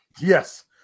yes